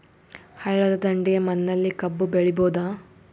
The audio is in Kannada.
ಹಳ್ಳದ ದಂಡೆಯ ಮಣ್ಣಲ್ಲಿ ಕಬ್ಬು ಬೆಳಿಬೋದ?